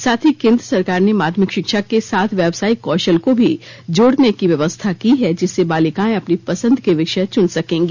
साथ ही केन्द्र सरकार ने माध्यमिक शिक्षा के साथ व्यावसायिक कौशल को भी जोड़ने की व्यवस्था की है जिससे बालिकाएं अपनी पसंद के विषय चुन सकेंगी